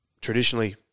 traditionally